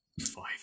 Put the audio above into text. Five